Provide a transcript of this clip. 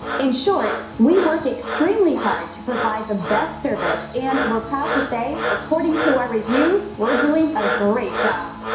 in short we work extremely hard to provide the best service and we're proud to say according to our reviews were doing a great job.